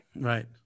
Right